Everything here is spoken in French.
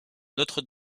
notre